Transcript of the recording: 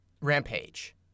Rampage